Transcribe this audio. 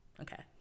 Okay